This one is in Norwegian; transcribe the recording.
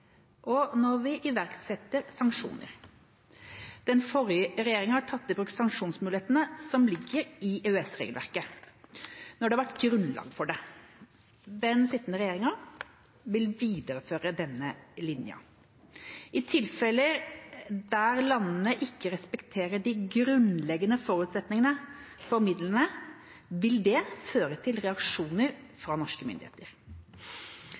og når vi iverksetter sanksjoner. Den forrige regjeringa har tatt i bruk sanksjonsmulighetene som ligger i EØS-regelverket, når det har vært grunnlag for det. Den sittende regjeringa vil videreføre denne linja. I tilfeller der landene ikke respekterer de grunnleggende forutsetningene for midlene, vil det føre til reaksjoner fra norske myndigheter.